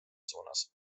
suunas